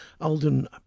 Alden